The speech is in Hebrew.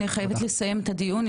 אני חייבת לסיים את הדיון,